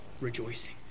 rejoicing